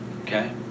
okay